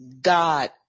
God